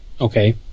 okay